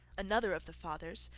another of the fathers,